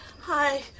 Hi